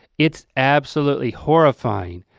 it's absolutely horrifying.